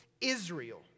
Israel